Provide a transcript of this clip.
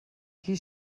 qui